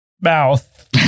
mouth